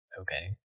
Okay